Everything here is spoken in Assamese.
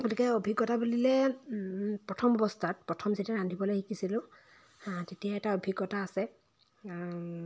গতিকে অভিজ্ঞতা বুলিলে প্ৰথম অৱস্থাত প্ৰথম যেতিয়া ৰান্ধিবলৈ শিকিছিলোঁ তেতিয়া এটা অভিজ্ঞতা আছে